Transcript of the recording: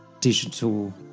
digital